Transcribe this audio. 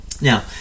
Now